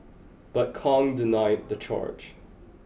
but Kong denied the charge